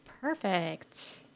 Perfect